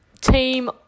Team